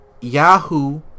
Yahoo